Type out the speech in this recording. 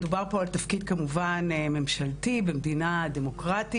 מדובר פה על תפקיד ממשלתי במדינה דמוקרטית.